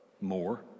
More